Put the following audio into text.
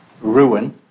Ruin